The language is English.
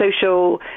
social